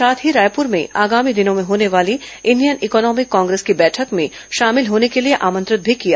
साथ ही रायपुर में आगामी दिनों में होने वाली इंडियन इकोनॉमिक कांग्रेस की बैठक में शामिल होने के लिए आमंत्रित भी किया ै